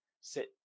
Sit